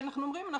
אנחנו אומרים,